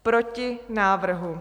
Proti návrhu.